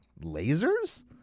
Lasers